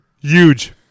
Huge